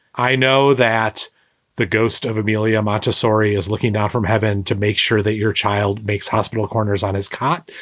i know that the ghost of amelia montessori is looking down from heaven to make sure that your child makes hospital corners on his cot.